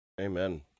Amen